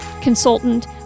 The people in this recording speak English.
consultant